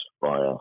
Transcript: via